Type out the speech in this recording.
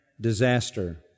disaster